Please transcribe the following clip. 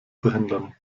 verhindern